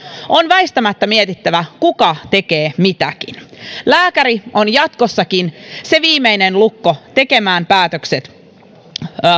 on väistämättä mietittävä kuka tekee mitäkin lääkäri on jatkossakin se viimeinen lukko tekemään päätökset